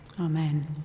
Amen